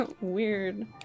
weird